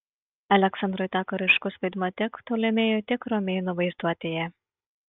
aleksandrui teko ryškus vaidmuo tiek ptolemėjų tiek romėnų vaizduotėje